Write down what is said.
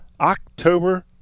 October